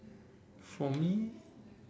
for me